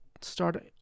start